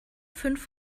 fünf